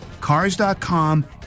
cars.com